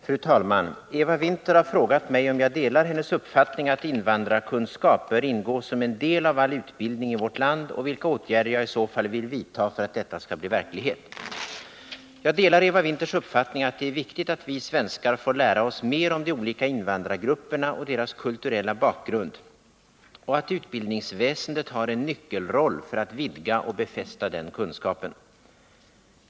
Fru talman! Eva Winther har frågat mig om jag delar hennes uppfattning att invandrarkunskap bör ingå som en del av all utbildning i vårt land och vilka åtgärder jag i så fall vill vidta för att detta skall bli verklighet. Jag delar Eva Winthers uppfattning att det är viktigt att vi svenskar får lära oss mer om de olika invandrargrupperna och deras kulturella bakgrund och att utbildningsväsendet har en nyckelroll för att vidga och befästa den kunskapen.